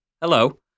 hello